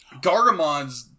Gargamons